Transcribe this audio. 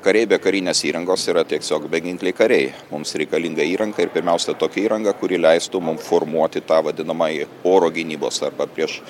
kariai be karinės įrangos yra tiesiog beginkliai kariai mums reikalinga įranga ir pirmiausia tokia įranga kuri leistų mum formuoti tą vadinamąjį oro gynybos arba prieš